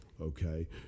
Okay